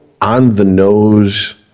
on-the-nose